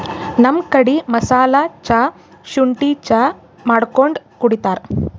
ನಮ್ ಕಡಿ ಮಸಾಲಾ ಚಾ, ಶುಂಠಿ ಚಾ ಮಾಡ್ಕೊಂಡ್ ಕುಡಿತಾರ್